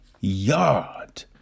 yard